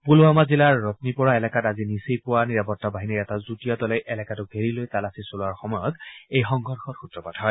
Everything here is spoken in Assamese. পুলৱামা জিলাৰ ৰম্নিপ'ৰা এলেকাত আজি নিচেই পুৱা নিৰাপত্তাৰ বাহিনীৰ এটা যুটীয়া দলে এলেকাটো ঘেৰি লৈ তালাচী চলোৱাৰ সময়তে এই সংঘৰ্ষৰ সূত্ৰপাত হয়